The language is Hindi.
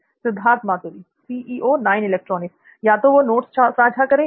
सिद्धार्थ मातुरी या तो नोट्स साझा करें या